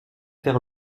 faire